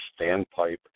standpipe